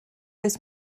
oes